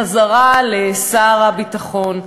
חזרה לשר הביטחון.